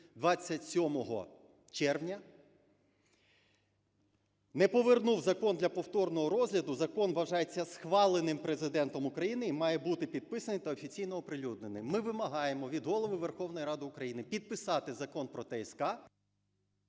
27 червня, не повернув закон для повторного розгляду, закон вважається схваленим Президентом України і має бути підписаний та офіційно оприлюднений. Ми вимагаємо від Голови Верховної Ради України підписати Закон про ТСК…